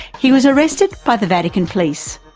he was arrested by the vatican police,